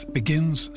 begins